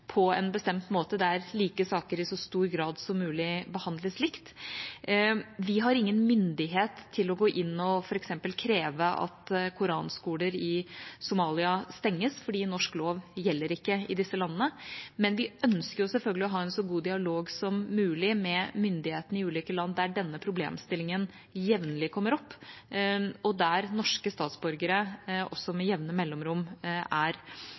på en bestemt måte, der like saker i så stor grad som mulig behandles likt. Vi har ingen myndighet til å gå inn og f.eks. kreve at koranskoler i Somalia stenges, for norsk lov gjelder ikke i disse landene. Men vi ønsker selvfølgelig å ha en så god dialog som mulig med myndighetene i ulike land der denne problemstillingen jevnlig kommer opp, og der norske statsborgere med jevne mellomrom er